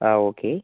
ആ ഓക്കെ